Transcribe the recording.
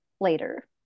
later